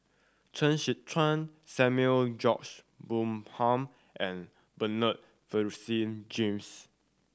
Chen Sucheng Samuel George Bonham and Bernard Francis James